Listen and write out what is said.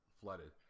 flooded